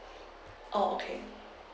oh okay